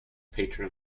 patron